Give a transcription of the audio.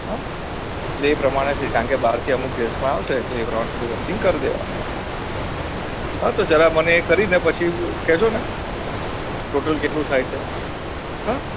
હ એટલે એ પ્રમાણે છે કારણ કે બહારથી અમુક ગેસ્ટો આવશે તો એ પ્રમાણે થોડું વર્કિંગ કરી દેવાનું આપણે હા તો જરા મને એ કરીને પછી કહેજોને ટોટલ કેટલું થાય છે હ